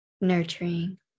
nurturing